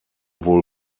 wohl